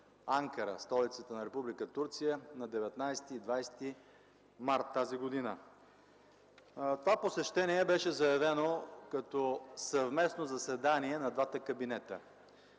Анкара, столицата на Република Турция, на 19 и 20 март тази година. Това посещение беше заявено като съвместно заседание на двата кабинета.